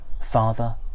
Father